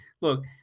look